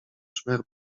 szmer